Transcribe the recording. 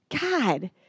God